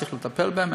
צריך לטפל בהם,